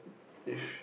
if